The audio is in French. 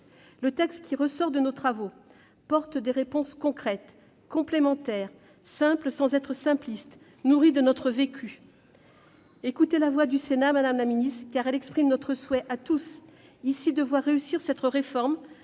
Le texte qui résulte de nos travaux offre des réponses concrètes, complémentaires, simples sans être simplistes, nourries de notre vécu. Madame la ministre, écoutez la voix du Sénat, car elle exprime notre souhait à tous de voir réussir cette réforme,